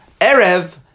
Erev